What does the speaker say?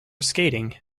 skating